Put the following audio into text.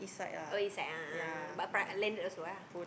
oh East side ah a'ah but pri~ uh landed also ah